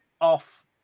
off